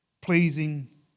pleasing